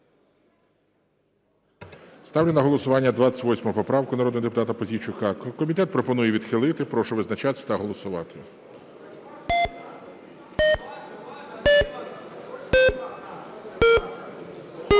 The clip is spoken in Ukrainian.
Ставлю на голосування 28 поправку народного депутата Пузійчука. Комітет пропонує відхилити. Прошу визначатись та голосувати. 12:45:19